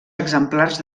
exemplars